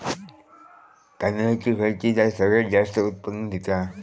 तांदळाची खयची जात सगळयात जास्त उत्पन्न दिता?